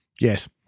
yes